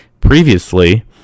previously